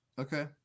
Okay